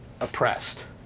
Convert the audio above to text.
oppressed